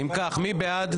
מי בעד?